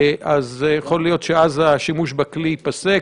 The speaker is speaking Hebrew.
אז יכול להיות שאז השימוש בכלי ייפסק.